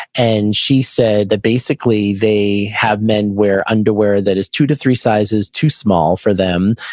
and she said that basically they have men wear underwear that is two to three sizes too small for them,